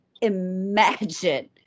imagine